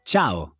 Ciao